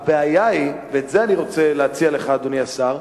הבעיה היא, ואת זה אני רוצה להציע לך, אדוני השר,